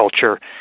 culture